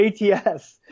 ATS